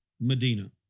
Medina